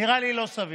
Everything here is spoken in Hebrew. זה נראה לי לא סביר.